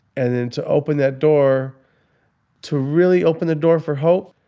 and then to open that door to really open the door for hope.